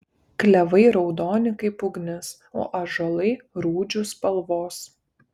klevai raudoni kaip ugnis o ąžuolai rūdžių spalvos